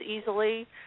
easily